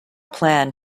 plan